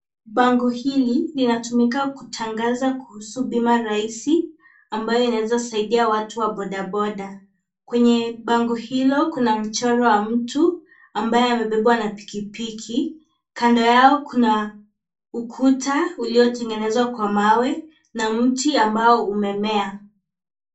Bango hili linatumika kutangaza kuhusu bima rahisi ambayo inaeza saidia watu wa bodaboda, kwenye bango hilo kuna mchoro wa mtu ambaye amebebwa na pikipiki kando yao kuna ukuta uliotengenezwa kwa mawe na mti ambao umemea.